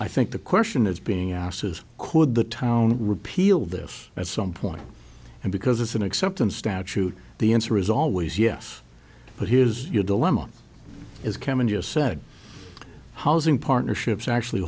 i think the question is being asses could the town repeal this at some point and because it's an acceptance statute the answer is always yes but here is your dilemma is kevin just said housing partnerships actually